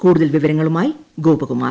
കൂടുതൽ വിവരങ്ങളുമായി ഗോപകുമാർ